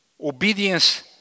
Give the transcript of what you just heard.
obedience